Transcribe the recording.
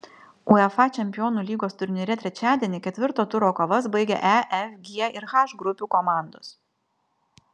uefa čempionų lygos turnyre trečiadienį ketvirto turo kovas baigė e f g ir h grupių komandos